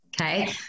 Okay